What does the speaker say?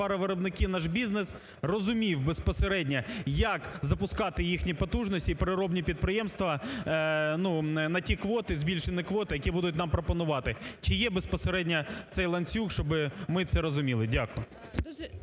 товаровиробники, наш бізнес розумів безпосередньо, як запускати їхні потужності і переробні підприємства на ті квоти, збільшені квоти, які будуть нам пропонувати. Чи є безпосередньо цей ланцюг? Щоби ми це розуміли. Дякую.